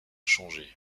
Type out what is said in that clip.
changé